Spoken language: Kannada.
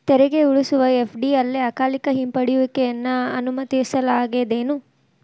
ತೆರಿಗೆ ಉಳಿಸುವ ಎಫ.ಡಿ ಅಲ್ಲೆ ಅಕಾಲಿಕ ಹಿಂಪಡೆಯುವಿಕೆಯನ್ನ ಅನುಮತಿಸಲಾಗೇದೆನು?